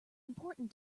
important